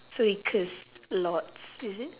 so he curse a lots is it